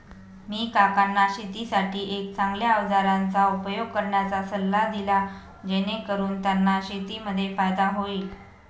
मी काकांना शेतीसाठी एक चांगल्या अवजारांचा उपयोग करण्याचा सल्ला दिला, जेणेकरून त्यांना शेतीमध्ये फायदा होईल